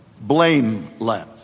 blameless